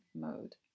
mode